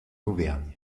auvergne